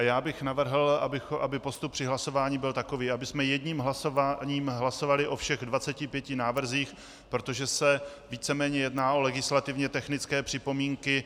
Já bych navrhl, aby postup při hlasování byl takový, abychom jedním hlasováním hlasovali o všech 25 návrzích, protože se víceméně jedná o legislativně technické připomínky.